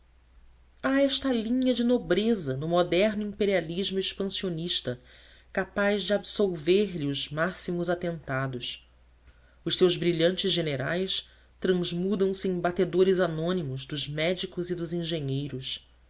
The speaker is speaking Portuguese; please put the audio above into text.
há esta linha de nobreza no moderno imperialismo expansionista capaz de absolver lhe os máximos atentados os seus brilhantes generais transmudam se em batedores anônimos dos médicos e dos engenheiros